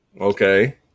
okay